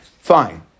fine